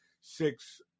six